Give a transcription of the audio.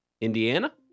Indiana